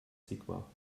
sigmar